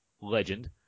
Legend